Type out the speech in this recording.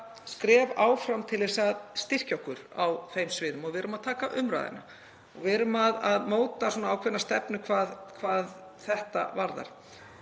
skref áfram til að styrkja okkur á þeim sviðum og erum að taka umræðuna. Við erum að móta ákveðna stefnu hvað þetta varðar.